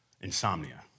Insomnia